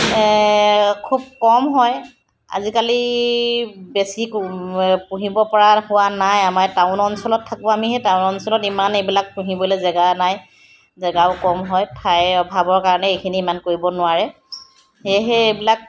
খুব কম হয় আজিকালি বেছি পুহিব পৰা হোৱা নাই আমাৰ টাউন অঞ্চলত থাকোঁ আমি এই টাউন অঞ্চলত ইমান এইবিলাক পুহিবলৈ জেগা নাই জেগাও কম হয় ঠাইৰ অভাৱৰ কাৰণে এইখিনি ইমান কৰিব নোৱাৰে সেয়েহে এইবিলাক